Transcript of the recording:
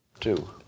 Two